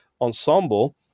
ensemble